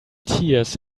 tears